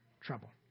trouble